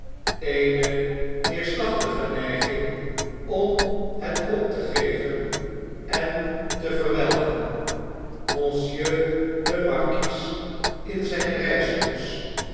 eene neerslachtige neiging om het op te geven en te verwelken monsieur lemarquisin zyn